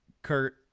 Kurt